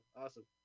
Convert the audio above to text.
Awesome